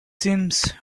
seems